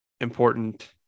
important